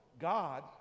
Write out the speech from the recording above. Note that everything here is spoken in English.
God